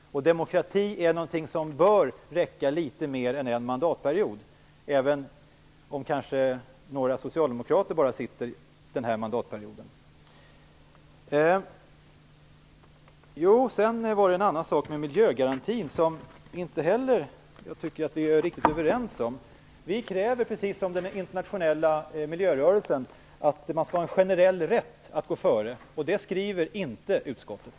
Demokrati är något som bör räcka litet längre än en mandatperiod, även om några socialdemokrater kanske bara sitter kvar under den här mandatperioden. När det gäller miljögarantin tycker jag inte heller att vi är riktigt överens. Vi kräver, precis som den internationella miljörörelsen, att man skall ha en generell rätt att gå före i miljöfrågor. Det skriver inte utskottet.